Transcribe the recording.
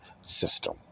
system